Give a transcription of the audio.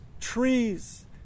trees